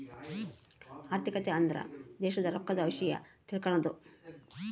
ಆರ್ಥಿಕತೆ ಅಂದ್ರ ದೇಶದ್ ರೊಕ್ಕದ ವಿಷ್ಯ ತಿಳಕನದು